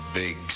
big